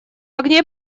огне